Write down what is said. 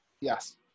Yes